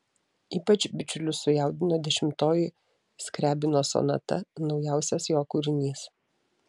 ypač bičiulius sujaudino dešimtoji skriabino sonata naujausias jo kūrinys